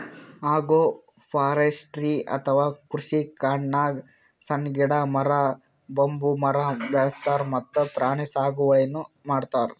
agroforestry ಅಥವಾ ಕೃಷಿಕಾಡ್ನಾಗ್ ಸಣ್ಣ್ ಗಿಡ, ಮರ, ಬಂಬೂ ಮರ ಬೆಳಸ್ತಾರ್ ಮತ್ತ್ ಪ್ರಾಣಿ ಸಾಗುವಳಿನೂ ಮಾಡ್ತಾರ್